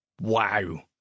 Wow